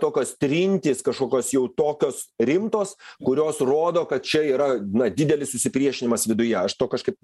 tokios trintys kažkokios jau tokios rimtos kurios rodo kad čia yra na didelis susipriešinimas viduje aš to kažkaip